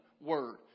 word